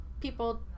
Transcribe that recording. people